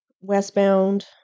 westbound